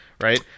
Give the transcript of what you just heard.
right